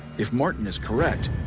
if martin is correct,